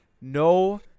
No